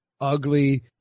ugly